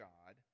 God